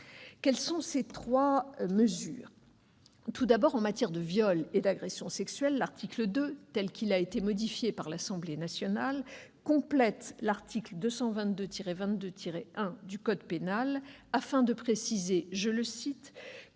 sexuels avec des hommes majeurs. Tout d'abord, en matière de viol et d'agression sexuelle, l'article 2, tel qu'il a été modifié par l'Assemblée nationale, complète l'article 222-22-1 du code pénal afin de préciser :«